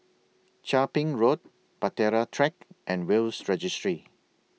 Chia Ping Road Bahtera Track and Will's Registry